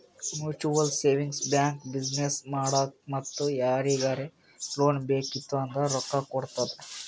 mutual savings bank business ಮಾಡಾಕ್ ಮತ್ತ ಯಾರಿಗರೇ ಲೋನ್ ಬೇಕಿತ್ತು ಅಂದುರ್ ರೊಕ್ಕಾ ಕೊಡ್ತುದ್